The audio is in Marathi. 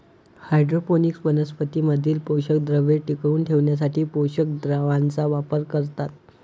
हायड्रोपोनिक्स वनस्पतीं मधील पोषकद्रव्ये टिकवून ठेवण्यासाठी पोषक द्रावणाचा वापर करतात